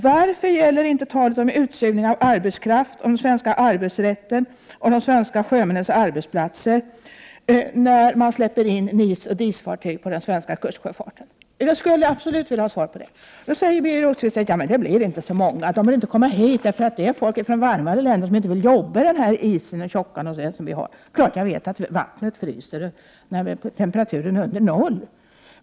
Varför betyder inte talet om utsugning av arbetskraften, den svenska arbetsrätten och de svenska sjömännens arbetsplatser någonting när man släpper in NIS och DIS-fartyg i den svenska kustsjöfarten? Den frågan skulle jag absolut vilja ha svar på. Birger Rosqvist säger: Det blir inte så många, för de vill inte komma hit. Det är folk från varmare länder som inte vill jobba i den is och tjocka som vi har. Det är klart att jag vet att vattnet fryser när temperaturen är under noll.